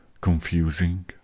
confusing